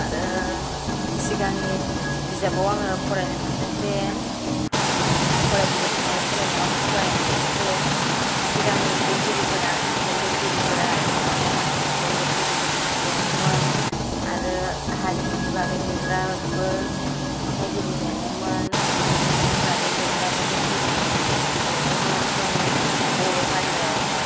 आरो सिगांनि बिजाबाव आङो फरायनो मोनदों जे आं फरायफुबाय थानाय फरायनायाव आं फरायनो मोनदों जे सिगांनि लिरगिरिफोरा खन्थाइ लिरगिरिफोरा बिदिनो रमान्टिक खन्थाइ लिरगिरिबो दङमोन आरो हारिमुनि बागै लिरग्राबो खन्थाइगिरि दङमोन मिथिंगानि बागै लिरग्राबो लिरगिरि दङमोन जोंनि बर' हारियाव